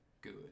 good